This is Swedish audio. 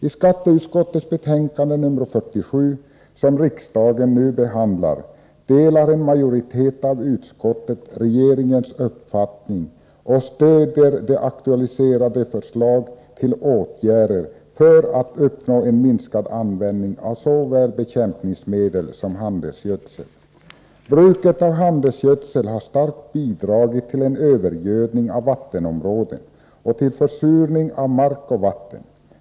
I skatteutskottets betänkande 47, som riksdagen nu behandlar, delar en majoritet av utskottet regeringens uppfattning och stöder de aktualiserade förslagen till åtgärder för att uppnå minskad användning av såväl bekämpningsmedel som handelsgödsel. Bruket av handelsgödsel har starkt bidragit till en övergödning av vattenområden och till försurning av mark och vatten.